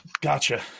Gotcha